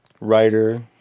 writer